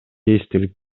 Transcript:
эстелик